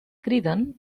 criden